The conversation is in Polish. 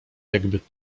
jakby